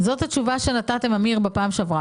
התשובה שנתתם בפעם שעברה.